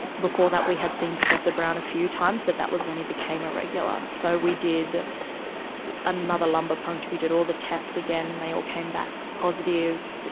before that we had seen professor brown a few times but that was when he became a regular. so we did another lumbar puncture, we did all the tests again and they all came back positive.